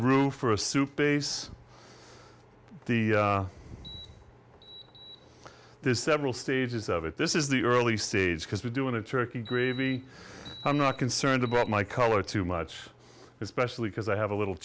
roof or a soup base the there's several stages of it this is the early stage because we do want to turkey gravy i'm not concerned about my color too much especially because i have a little